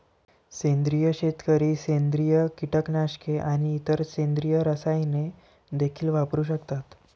सेंद्रिय शेतकरी सेंद्रिय कीटकनाशके आणि इतर सेंद्रिय रसायने देखील वापरू शकतात